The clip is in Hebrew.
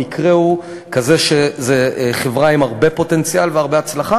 המקרה הוא כזה שזו חברה עם הרבה פוטנציאל והרבה הצלחה,